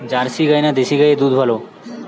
Jersey গাই না দেশী গাইয়ের দুধ ভালো?